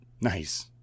Nice